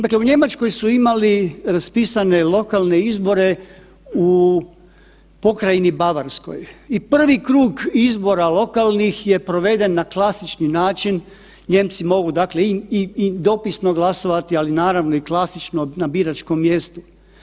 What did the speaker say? Dakle, u Njemačkoj su imali raspisane lokalne izbore u pokrajini Bavarskoj i prvi krug izbora lokalnih je proveden na klasični način, Nijemci mogu dakle i dopisno glasovati, ali naravno i klasično na biračkom mjestu.